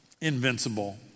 invincible